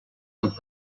amb